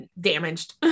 damaged